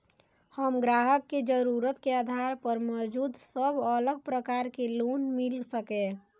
हम ग्राहक के जरुरत के आधार पर मौजूद सब अलग प्रकार के लोन मिल सकये?